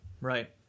Right